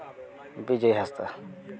Bijoy Hansda